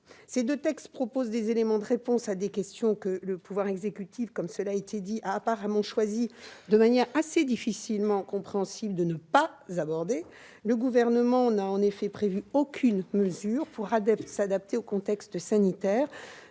Ces deux textes proposent des éléments de réponse à des questions que le pouvoir exécutif a apparemment choisi, de manière assez difficilement compréhensible, de ne pas aborder. Le Gouvernement n'a en effet prévu aucune mesure pour tenir compte du contexte sanitaire